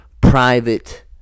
private